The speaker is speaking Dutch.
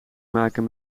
maken